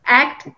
act